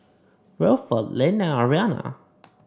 Wilfrid Lynn and Ariana